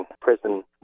prison